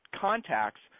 contacts